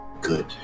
good